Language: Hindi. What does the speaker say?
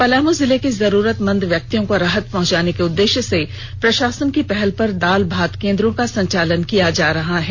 पलामू जिले के जरूरतमंद व्यक्तियों को राहत पहुंचाने के उद्देश्य से प्रशासन की पहल पर दाल भात केन्द्रों का संचालन किया जा रहा है